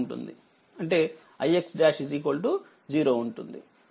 అంటే ix| 0 ఉంటుందిమరియుi| 0 ఉంటుంది